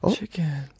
Chicken